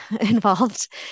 involved